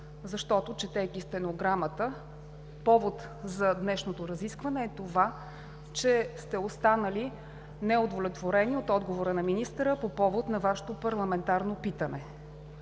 защото, четейки стенограмата, повод за днешното разискване е това, че сте останали неудовлетворени от отговора на министъра по повод на Вашето парламентарно питане.